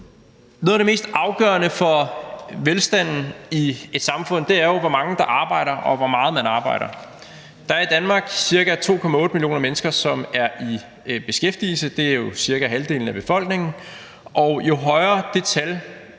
Noget af det mest afgørende for velstanden i et samfund er jo, hvor mange der arbejder, og hvor meget man arbejder. Der er i Danmark ca. 2,8 millioner mennesker, som er i beskæftigelse – det er cirka halvdelen af befolkningen – og jo højere det tal